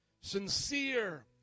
sincere